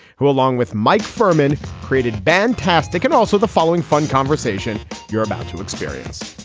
who along with mike ferman created band tastic and also the following fun conversation you're about to experience